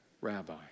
rabbi